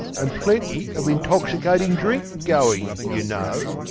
and plenty of intoxicating drink going, you know.